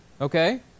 Okay